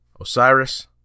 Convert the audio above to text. Osiris